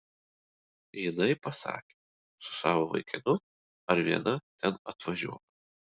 jinai pasakė su savo vaikinu ar viena ten atvažiuok